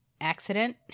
accident